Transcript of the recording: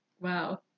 Wow